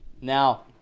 Now